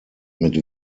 mit